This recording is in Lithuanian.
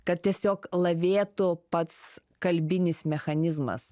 kad tiesiog lavėtų pats kalbinis mechanizmas